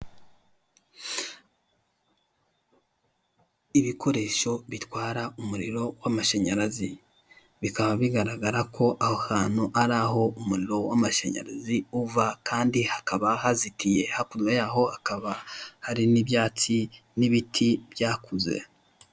Ibikoresho bitwara umuriro w'amashanyarazi, bikaba bigaragara ko aho hantu ariho umuriro w'amashanyarazi uva kandi hakaba hazitiye, hakuno yaho hakaba hari n'ibyatsi n'ibiti byakuze.